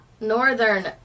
Northern